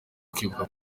kwibuka